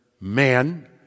man